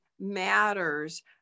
matters